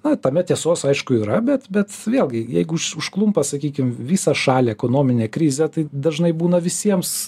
na tame tiesos aišku yra bet bet vėlgi jeigu užklumpa sakykim visą šalį ekonominė krizė tai dažnai būna visiems